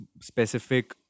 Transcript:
specific